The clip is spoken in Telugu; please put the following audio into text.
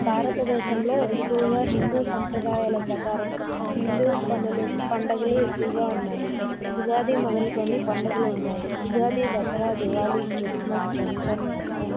భారతదేశంలో ఎక్కువగా హిందూ సంప్రదాయాల ప్రకారం హిందూ పనులు పండగలు ఎక్కువగా ఉన్నాయి ఉగాది మొదలుకొని పండగలు ఉన్నాయి ఉగాది దసరా దివాళీ క్రిస్మస్ రంజాన్ మొహరం